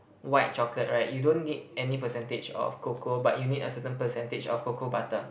white chocolate right you don't need any percentage of cocoa but you need a certain percentage of cocoa butter